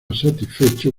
satisfecho